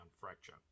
fracture